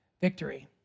victory